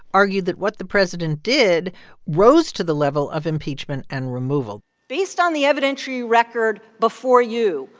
argued that what the president did rose to the level of impeachment and removal based on the evidentiary record before you,